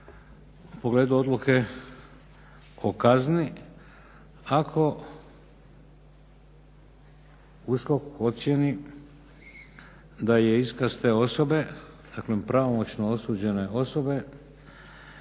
u pogledu odluke o kazni ako USKOK ocjeni da je iskaz te osobe, dakle pravomoćno osuđene osobe,